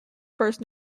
first